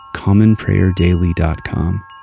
commonprayerdaily.com